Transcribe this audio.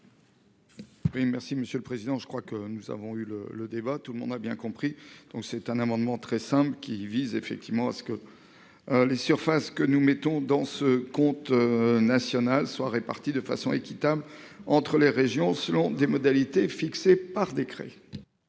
merci monsieur le président. Je crois que nous avons eu le le débat tout le monde a bien compris. Donc c'est un amendement très simple qui vise effectivement à ce que. Les surfaces que nous mettons dans ce conte national soit réparti de façon équitable entre les régions, selon des modalités fixées par décret.